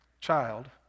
child